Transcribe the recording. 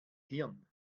hirn